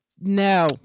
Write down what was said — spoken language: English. No